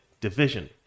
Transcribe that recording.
division